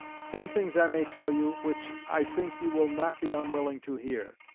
some things i may tell you, which i think you will not be unwilling to hear.